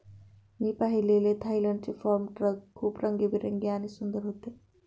मी पाहिलेले थायलंडचे farm truck खूप रंगीबेरंगी आणि सुंदर होते